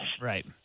Right